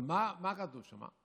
אבל מה כתוב שם?